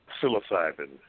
psilocybin